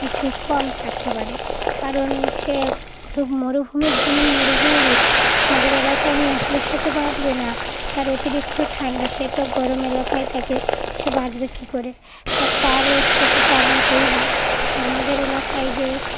কিছু কম থাকতে পারে কারণ সেু মরুভূমির যেমন মরুভূমি রুট আমাদের এলাকায় নিয়ে আসলে সে তো বাঁচবে না তার অতিরিক্ত ঠান্ডা সে তো গরম এলাকায় থাকে সে বাঁচবে কী করে তা তার উচ্চতা তার মতোই হয় আর আমাদের এলাকায় যে